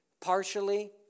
Partially